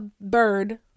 bird